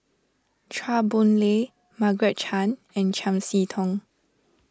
Chua Boon Lay Margaret Chan and Chiam See Tong